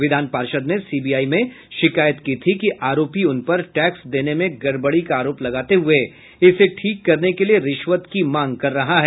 विधान पार्षद ने सीबीआई में शिकायत की थी कि आरोपी उनपर टैक्स देने में गड़बड़ी का आरोप लगाते हुए इसे ठीक करने के लिए रिश्वत की मांग कर रहा है